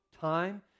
time